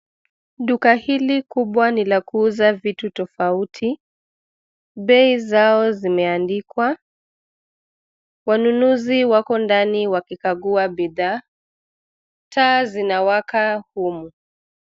Duka hili kubwa ni la kuuza vitu tofauti. Bei zao zimeandikwa. Wanunuzi wako ndani wakikagua bidhaa. Taa zinawaka humu.